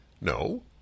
No